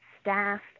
staff